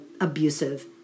abusive